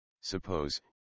Suppose